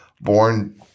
born